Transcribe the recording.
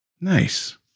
Nice